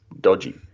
dodgy